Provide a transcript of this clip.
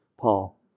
Paul